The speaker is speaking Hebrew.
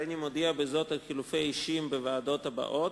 הריני מודיע בזאת על חילופי אישים בוועדות הבאות: